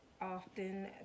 often